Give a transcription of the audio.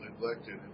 neglected